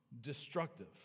destructive